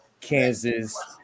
Kansas